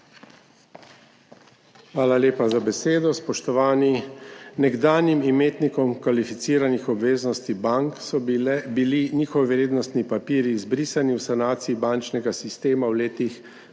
Hvala lepa za besedo. Spoštovani! Nekdanjim imetnikom kvalificiranih obveznosti bank so bili njihovi vrednostni papirji izbrisani v sanaciji bančnega sistema v letih